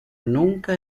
nunca